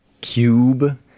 cube